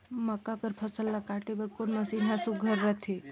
मक्का कर फसल ला काटे बर कोन मशीन ह सुघ्घर रथे?